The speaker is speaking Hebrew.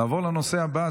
נעבור לנושא הבא,